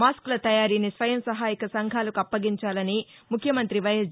మాస్సుల తయారీని స్వయం సహాయక సంఘాలకు అప్పగించాలని ముఖ్యమంత్రి వైఎస్